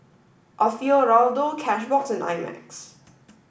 Alfio Raldo Cashbox and I Max